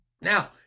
Now